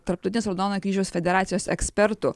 tarptautinės raudonojo kryžiaus federacijos ekspertų